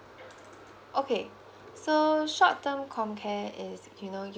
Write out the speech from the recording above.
okay so short term comcare is you know